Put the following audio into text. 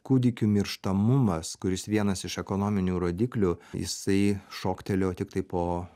kūdikių mirštamumas kuris vienas iš ekonominių rodiklių jisai šoktelėjo tiktai po